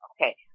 Okay